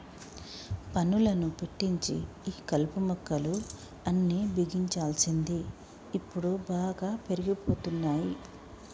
పనులను పెట్టించి ఈ కలుపు మొక్కలు అన్ని బిగించాల్సింది ఇప్పుడు బాగా పెరిగిపోతున్నాయి